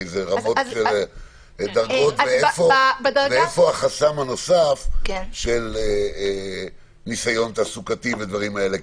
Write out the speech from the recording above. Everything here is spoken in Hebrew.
באיזה רמות של דרגות ואיפה החסם הנוסף של ניסיון תעסוקתי ודברים כאלה?